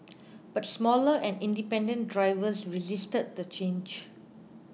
but smaller and independent drivers resisted the change